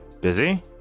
busy